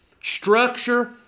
structure